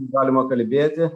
galima kalbėti